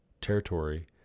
territory